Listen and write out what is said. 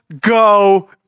go